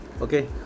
Okay